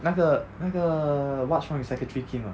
那个那个 what's wrong with secretary kim 的